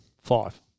Five